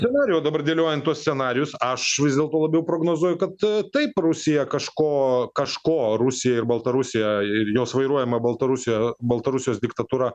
scenarijų jau dabar dėliojant tuos scenarijus aš vis dėlto labiau prognozuoju kad taip rusija kažko kažko rusija ir baltarusija ir jos vairuojama baltarusija baltarusijos diktatūra